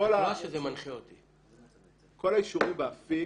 האישורים באפיק,